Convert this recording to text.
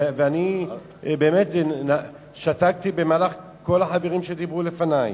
ואני באמת שתקתי בזמן שכל החברים דיברו לפני.